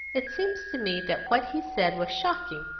it seems to me that what he said was shocking,